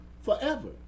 forever